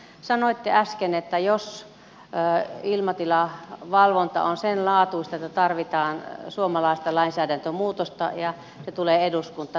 sanoitte äsken että jos ilmatilavalvonta on sen laatuista että tarvitaan suomalaista lainsäädäntömuutosta se tulee eduskuntaan